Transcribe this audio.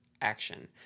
action